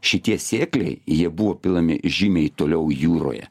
šitie sėkliai jie buvo pilami žymiai toliau jūroje